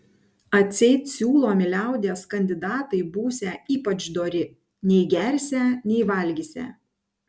atseit siūlomi liaudies kandidatai būsią ypač dori nei gersią nei valgysią